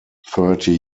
thirty